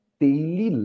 daily